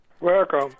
Welcome